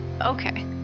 okay